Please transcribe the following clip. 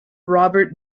robert